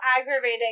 aggravating